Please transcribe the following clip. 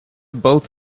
both